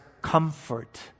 comfort